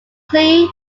cleo